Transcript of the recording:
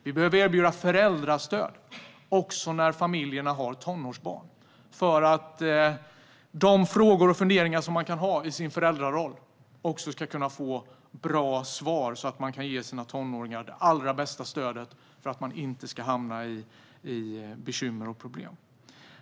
Vi behöver erbjuda föräldrastöd, också när familjerna har tonårsbarn. De frågor och funderingar som man har i sin föräldraroll ska få bra svar så att man kan ge sina tonåringar det allra bästa stödet så att de inte hamnar i bekymmer och problem.